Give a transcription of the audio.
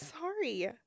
sorry